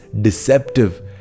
deceptive